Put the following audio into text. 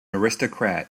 aristocrat